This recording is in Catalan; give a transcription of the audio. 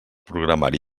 programari